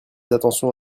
attention